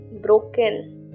broken